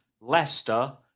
Leicester